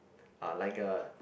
uh like a